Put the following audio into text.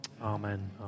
Amen